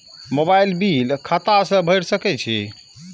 Mobile bill खाता से भेड़ सके छि?